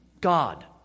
God